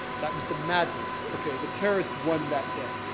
that was the madness, okay, the terrorists won that day.